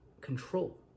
control